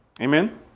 Amen